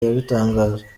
yabitangaje